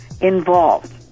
involved